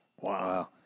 Wow